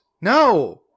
No